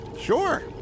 Sure